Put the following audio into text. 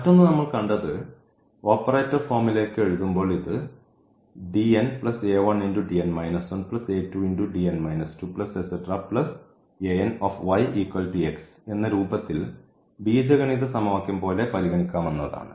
മറ്റൊന്ന് നമ്മൾ കണ്ടത് ഓപ്പറേറ്റർ ഫോമിലേക്ക് എഴുതുമ്പോൾ ഇത് എന്ന രൂപത്തിൽ ബീജഗണിത സമവാക്യം പോലെ പരിഗണിക്കാമെന്നതാണ്